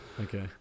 Okay